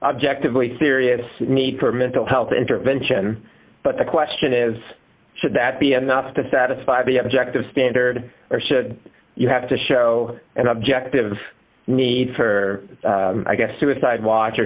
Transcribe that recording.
objectively serious need for mental health intervention but the question is should that be enough to satisfy the objective standard or should you have to show and objective need for i guess a suicide watch